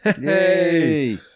yay